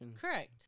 Correct